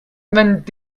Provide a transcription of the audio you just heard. vingt